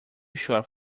short